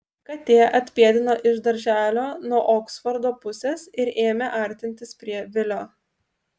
katė atpėdino iš darželio nuo oksfordo pusės ir ėmė artintis prie vilio